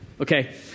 Okay